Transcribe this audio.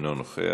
אינו נוכח.